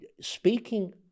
speaking